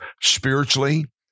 spiritually